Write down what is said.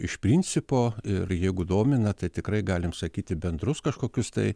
iš principo ir jeigu domina tai tikrai galim sakyti bendrus kažkokius tai